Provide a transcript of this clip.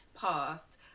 past